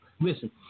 Listen